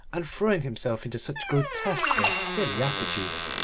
and throwing himself into such grotesque and silly attitudes.